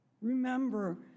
Remember